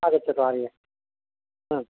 आगच्छतु आर्ये ह